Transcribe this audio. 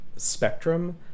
Spectrum